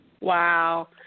wow